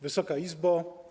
Wysoka Izbo!